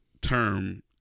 term